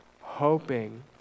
Hoping